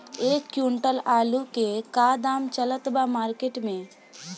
एक क्विंटल आलू के का दाम चलत बा मार्केट मे?